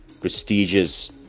prestigious